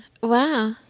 Wow